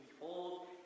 behold